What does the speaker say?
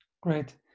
Great